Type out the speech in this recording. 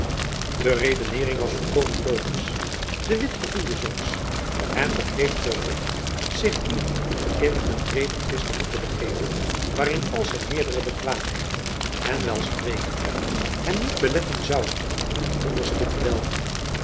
de redeneering was volkomen logiesch de witt gevoelde zulks en begreep te recht zich niet in jacob van lennep elizabeth musch een redetwist te moeten begeven waarin al zijn meerdere bekwaamheid en welsprekendheid hem niet beletten zouden het onderspit te delven